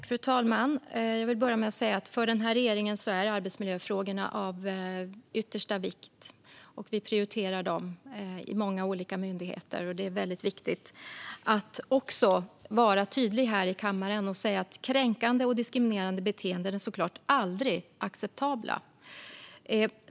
Fru talman! Jag vill börja med att säga att för regeringen är arbetsmarknadsfrågorna av yttersta vikt. Vi prioriterar dem i många olika myndigheter. Det är väldigt viktigt att också vara tydlig här i kammaren. Kränkande och diskriminerande beteenden är såklart aldrig acceptabla.